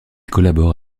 collabore